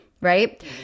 Right